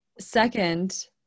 Second